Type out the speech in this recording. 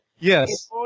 Yes